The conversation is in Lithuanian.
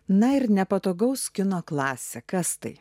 na ir nepatogaus kino klasikas tai